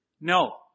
No